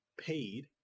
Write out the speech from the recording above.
paid